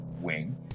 wing